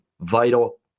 vital